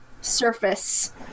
surface